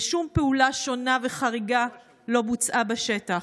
ושום פעולה שונה וחריגה לא בוצעה בשטח.